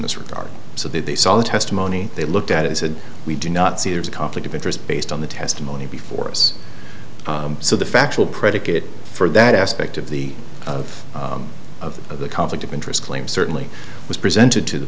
this regard so that they saw the testimony they looked at it said we do not see a conflict of interest based on the testimony before us so the factual predicate for that aspect of the of of of the conflict of interest claim certainly was presented to the